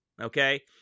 okay